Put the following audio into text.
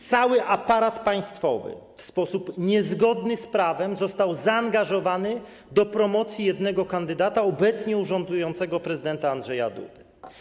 Cały aparat państwowy w sposób niezgodny z prawem został zaangażowany do promocji jednego kandydata - obecnie urzędującego prezydenta Andrzeja Dudy.